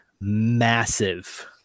massive